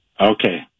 Okay